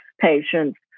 patients